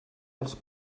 dels